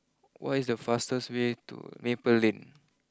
what is the fastest way to Maple Lane